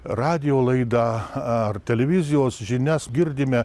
radijo laidą ar televizijos žinias girdime